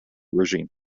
regime